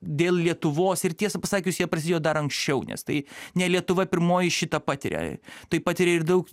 dėl lietuvos ir tiesą pasakius jie prasidėjo dar anksčiau nes tai ne lietuva pirmoji šitą patiria tai patiria ir daug